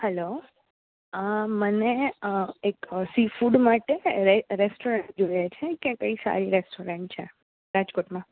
hello મને એક seafood માટે રેસ્ટોરન્ટ જોઈએ છે કે કઈ સારી રેસ્ટોરન્ટ છે રાજકોટમાં